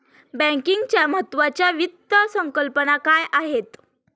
बँकिंगच्या महत्त्वाच्या वित्त संकल्पना काय आहेत?